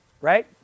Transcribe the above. right